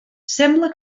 sembla